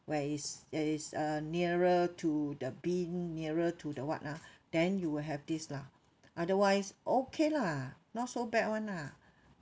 where is there is uh nearer to the bin nearer to the what lah then you will have this lah otherwise okay lah not so bad [one] lah